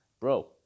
Bro